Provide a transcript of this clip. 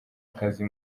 akazi